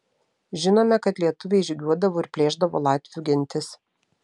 žinome kad lietuviai žygiuodavo ir plėšdavo latvių gentis